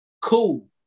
Cool